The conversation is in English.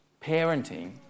parenting